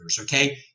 okay